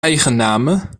eigennamen